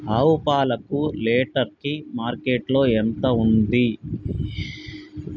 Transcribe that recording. ఆవు పాలకు లీటర్ కి మార్కెట్ లో ఎంత ఉంది?